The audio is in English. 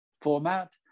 format